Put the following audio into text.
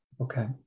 Okay